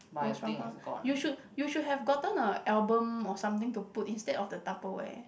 was from a you should you should have gotten a album or something to put instead of the Tupperware